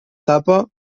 tapa